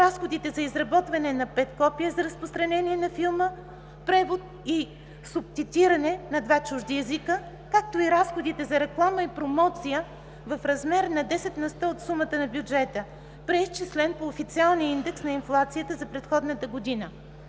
разходите за изработване на 5 копия за разпространение на филма, превод и субтитриране на два чужди езика, както и разходите за реклама и промоция в размер 10 на сто от сумата на бюджета, преизчислен по официалния индекс на инфлация за предходната година.